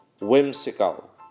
whimsical